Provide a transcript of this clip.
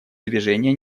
движения